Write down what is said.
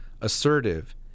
assertive